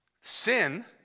sin